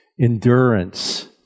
endurance